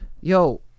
yo